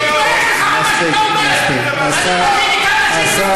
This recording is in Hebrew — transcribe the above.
תתבייש לך על מה שאתה אומר, מספיק, מספיק, השר